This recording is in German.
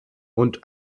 und